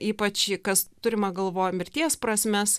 ypač kas turima galvoj mirties prasmes